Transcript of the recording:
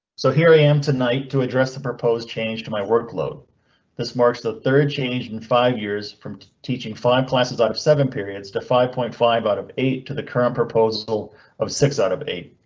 so here i am tonight to address the proposed change to my work load this march. the third changed in five years from teaching five classes out of seven periods to five point five out of eight to the current proposal of six out of eight.